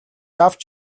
авч